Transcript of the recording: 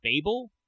Babel